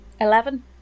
Eleven